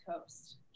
Coast